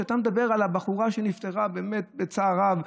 אתה מדבר על הבחורה שנפטרה, באמת, צער רב,